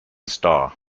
star